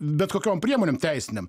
bet kokiom priemonėm teisinėm